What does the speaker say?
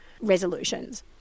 resolutions